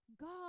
God